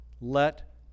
let